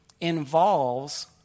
involves